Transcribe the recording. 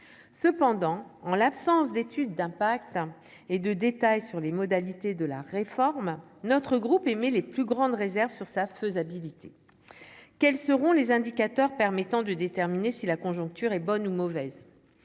cependant, en l'absence d'étude d'impact et de détails sur les modalités de la réforme, notre groupe émet les plus grandes réserves sur sa faisabilité, quelles seront les indicateurs permettant de déterminer si la conjoncture est bonne ou mauvaise